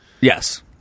Yes